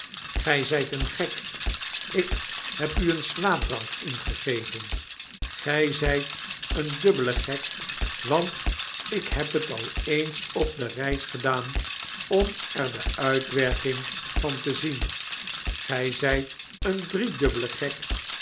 gij zijt een gek ik heb u een slaapdrank ingegeven gij zijt een dubbele gek want ik heb het al eens op de reis gedaan om er de uitwerking van te zien gy zyteendriedubbele gek